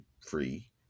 free